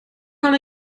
kan